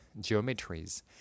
geometries